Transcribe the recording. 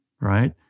Right